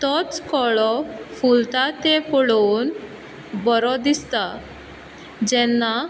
तोच कळो फुलता तें पळोवन बरो दिसता जेन्ना